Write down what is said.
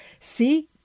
See